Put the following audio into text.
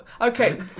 Okay